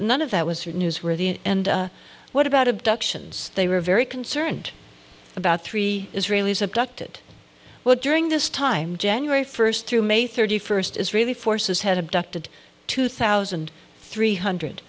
none of that was or newsworthy and what about abductions they were very concerned about three israelis abducted well during this time january first through may thirty first israeli forces had abducted two thousand three hundred